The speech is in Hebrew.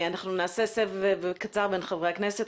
נעשה סבב קצר בין חברי הכנסת.